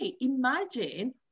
imagine